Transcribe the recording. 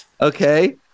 Okay